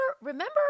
remember